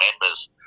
members